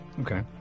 okay